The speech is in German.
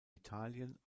italien